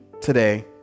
today